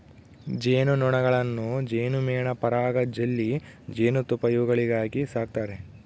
ಜೇನು ನೊಣಗಳನ್ನು ಜೇನುಮೇಣ ಪರಾಗ ಜೆಲ್ಲಿ ಜೇನುತುಪ್ಪ ಇವುಗಳಿಗಾಗಿ ಸಾಕ್ತಾರೆ